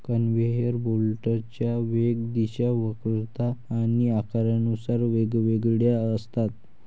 conveyor बेल्टच्या वेग, दिशा, वक्रता आणि आकारानुसार वेगवेगळ्या असतात